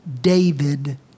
David